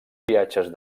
viatges